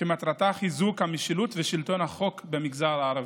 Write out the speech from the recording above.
שמטרתה חיזוק המשילות ושלטון החוק במגזר הערבי.